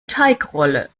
teigrolle